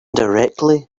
directly